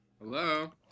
Hello